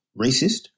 racist